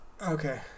Okay